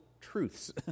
truths